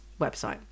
website